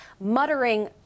muttering